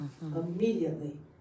immediately